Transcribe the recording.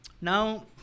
Now